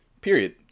period